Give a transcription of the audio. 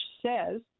says